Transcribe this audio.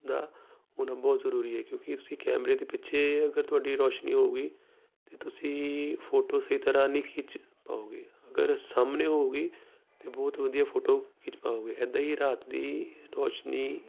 ਦਾ ਹੋਣਾ ਬਹੁਤ ਜ਼ਰੂਰੀ ਹੈ ਕਿਉਂਕਿ ਤੁਸੀਂ ਕੈਮਰੇ ਦੇ ਪਿੱਛੇ ਅਗਰ ਤੁਹਾਡੀ ਰੋਸ਼ਨੀ ਹੋਊਗੀ ਤਾਂ ਤੁਸੀਂ ਫੋਟੋ ਸਹੀ ਤਰ੍ਹਾਂ ਨਹੀਂ ਖਿੱਚ ਪਾਓਂਗੇ ਅਗਰ ਸਾਹਮਣੇ ਹੋਊਗੀ ਤਾਂ ਬਹੁਤ ਵਧੀਆ ਫੋਟੋ ਖਿੱਚ ਪਾਓਂਗੇ ਇੱਦਾਂ ਹੀ ਰਾਤ ਦੀ ਰੋਸ਼ਨੀ